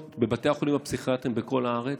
בבתי החולים הפסיכיאטריים בכל הארץ,